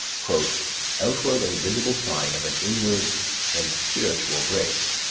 outward and visible sign of an inward and spiritual grace,